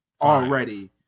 already